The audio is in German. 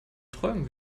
träumen